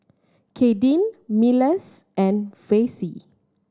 Kadyn Milas and Vassie